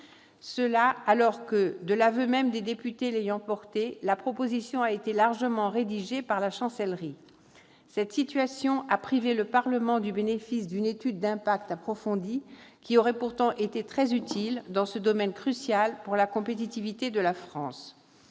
de loi. De l'aveu même des députés l'ayant portée, la proposition de loi initiale a été largement rédigée par la Chancellerie. Cette situation a privé le Parlement du bénéfice d'une étude d'impact approfondie, qui aurait pourtant été très utile dans ce domaine crucial pour la compétitivité de la France.